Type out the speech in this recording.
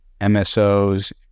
MSOs